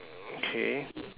okay